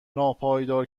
ناپایدار